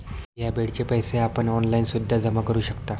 या बेडचे पैसे आपण ऑनलाईन सुद्धा जमा करू शकता